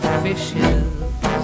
fishes